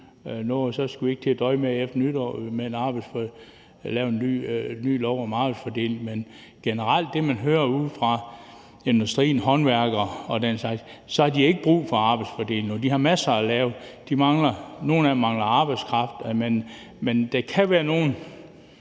nytår skal til at døje med at lave en ny lov om arbejdsfordeling. Men det, man generelt hører ude fra industrien, håndværkerne og den slags, er, at de ikke har brug for en arbejdsfordeling, og at de har masser at lave. Nogle af dem mangler arbejdskraft, men der kan være nogle,